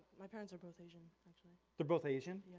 my parents are both asian, actually. they're both asian?